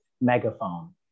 megaphone